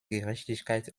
gerechtigkeit